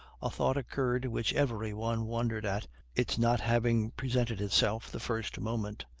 a thought occurred which every one wondered at its not having presented itself the first moment.